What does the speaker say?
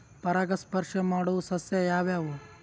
ಪರಾಗಸ್ಪರ್ಶ ಮಾಡಾವು ಸಸ್ಯ ಯಾವ್ಯಾವು?